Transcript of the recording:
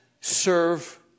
serve